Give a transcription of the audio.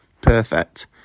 perfect